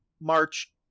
March